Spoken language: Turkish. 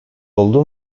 oldu